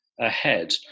ahead